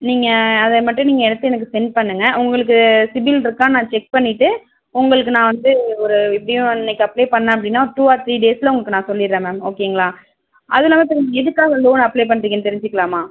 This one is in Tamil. நீங்கள் அதை மட்டும் நீங்கள் எடுத்து எனக்கு சென்ட் பண்ணுங்க உங்களுக்கு சிபில்ருக்கான்னு நான் செக் பண்ணிவிட்டு உங்களுக்கு நான் வந்து ஒரு எப்படியும் இன்னைக்கு அப்ளே பண்ண அப்படின்னா டூ ஆர் த்ரீ டேஸில் உங்களுக்கு நான் சொல்லிடறேன் மேம் ஓகேங்களா அதுல்லாமல் இப்போ நீங்கள் எதுக்காக லோன் அப்ளே பண்றீங்கன்னு தெரிஞ்சுக்கிலாமா